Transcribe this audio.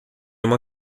uma